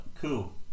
Cool